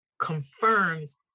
confirms